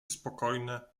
spokojne